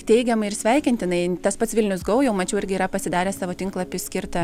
teigiamai ir sveikintinai tas pats vilnius go jau mačiau irgi yra pasidaręs savo tinklapį skirtą